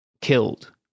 killed